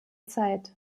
zeit